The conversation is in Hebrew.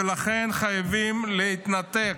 ולכן חייבים להתנתק,